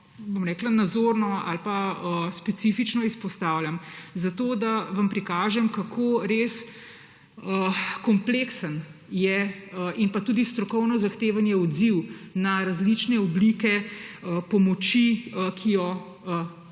nazorno ali pa specifično izpostavljam? Zato, da vam prikažem, kako res kompleksen in tudi strokovno zahteven je odziv na različne oblike pomoči, ki jo